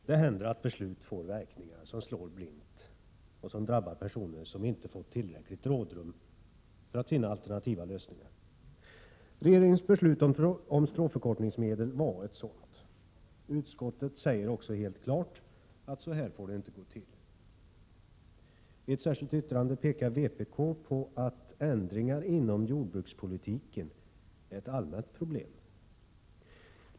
Fru talman! Det händer att beslut får verkningar som slår blint och som drabbar personer som inte fått tillräckligt rådrum för att finna alternativa lösningar. Regeringens beslut om stråförkortningsmedel var ett sådant. Utskottet säger också helt klart att så får det inte gå till. I ett särskilt yttrande pekar vpk på att ändringar inom jordbrukspolitiken är ett allmänt problem.